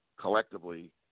collectively –